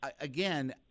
again